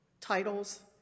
titles